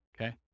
Okay